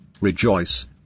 Rejoice